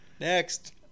Next